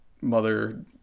mother